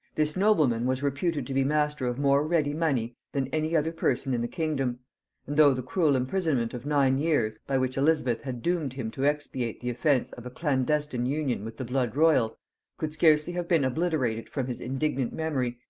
this nobleman was reputed to be master of more ready money than any other person in the kingdom and though the cruel imprisonment of nine years, by which elizabeth had doomed him to expiate the offence of a clandestine union with the blood-royal, could scarcely have been obliterated from his indignant memory,